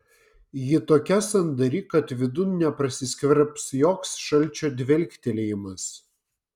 ji tokia sandari kad vidun neprasiskverbs joks šalčio dvelktelėjimas